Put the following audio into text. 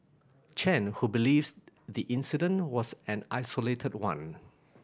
Chen who believes the incident was an isolated one